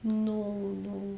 no no